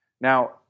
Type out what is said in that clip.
now